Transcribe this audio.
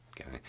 Okay